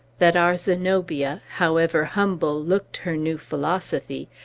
that our zenobia, however humble looked her new philosophy,